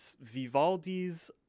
Vivaldi's